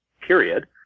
period